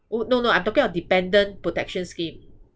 oh no no I'm talking about dependent protection scheme